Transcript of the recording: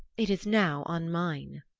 it is now on mine.